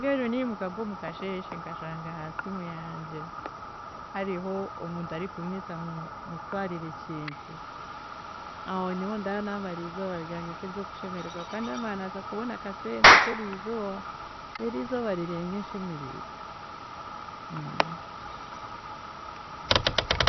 Mbwenu niimuka nk’omukasheeshe nkashanga ahasiimu yangye hariho omuntu arikunyeeta ngu mutwarire ekintu, aho nyowe nda naabara eizooba ryangye nk’eryokushemeregwa, kuba nda ndamanya ngu naakubona akaseete kangye keri eizooba, rero eizooba rirenge nshemeriigwe.